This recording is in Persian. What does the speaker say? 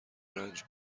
رنج